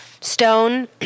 stone